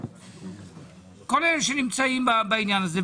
כל אלה שנמצאים בעניין הזה.